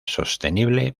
sostenible